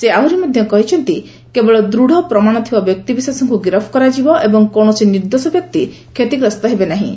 ସେ ଆହୁରି ମଧ୍ୟ କହିଛନ୍ତି ଯେ କେବଳ ଦୃଢ଼ ପ୍ରମାଣ ଥିବା ବ୍ୟକ୍ତିବିଶେଷଙ୍କୁ ଗିରଫ କରାଯିବ ଏବଂ କୌଣସି ନିର୍ଦ୍ଦୋଷ ବ୍ୟକ୍ତି କ୍ଷତିଗ୍ରସ୍ତ ହେବେନାହିଁ